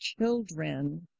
children